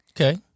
Okay